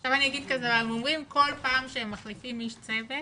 עכשיו אני אגיד כזה דבר הם אומרים שכל פעם שהם מחליפים איש צוות